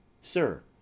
Sir